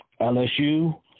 LSU –